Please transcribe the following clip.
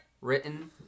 written